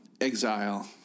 exile